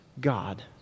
God